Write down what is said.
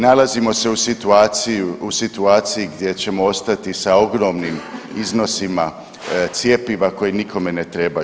Nalazimo se u situaciji gdje ćemo ostati sa ogromnim iznosima cjepiva koji nikome ne trebaju.